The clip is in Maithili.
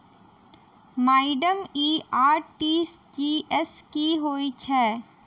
माइडम इ आर.टी.जी.एस की होइ छैय?